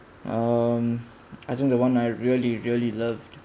um I think the one I really really loved